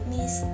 Miss